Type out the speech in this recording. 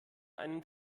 einen